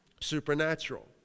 Supernatural